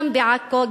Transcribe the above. גם בעכו,